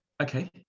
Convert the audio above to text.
okay